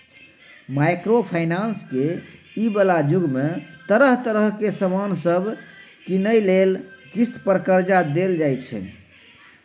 micro finance के इ बला जुग में तरह तरह के सामान सब कीनइ लेल किस्त पर कर्जा देल जाइ छै